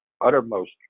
uttermost